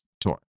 tour